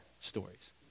stories